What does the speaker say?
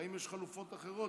והאם יש חלופות אחרות,